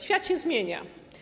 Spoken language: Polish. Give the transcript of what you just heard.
Świat się zmienia.